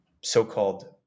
so-called